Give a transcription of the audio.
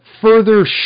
further